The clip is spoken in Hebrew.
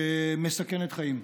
שמסכנת חיים.